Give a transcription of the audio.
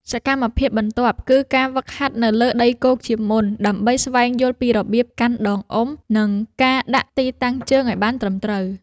សកម្មភាពបន្ទាប់ គឺការហ្វឹកហាត់នៅលើដីគោកជាមុនសិន ដើម្បីស្វែងយល់ពីរបៀបកាន់ដងអុំ និងការដាក់ទីតាំងជើងឱ្យបានត្រឹមត្រូវ។